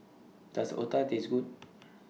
Does Otah Taste Good